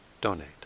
donate